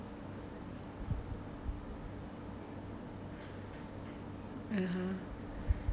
(uh huh)